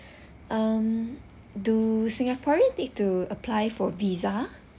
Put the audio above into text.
um do singaporeans need to apply for visa